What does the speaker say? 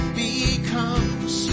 becomes